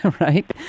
right